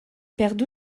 perdent